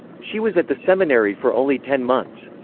she was at the seminary for only ten months.